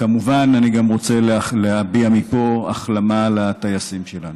כמובן, אני גם רוצה להביע מפה החלמה לטייסים שלנו.